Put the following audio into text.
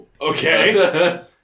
Okay